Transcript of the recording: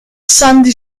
sandy